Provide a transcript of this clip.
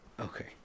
Okay